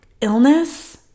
illness